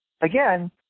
again